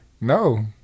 No